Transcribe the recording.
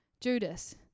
Judas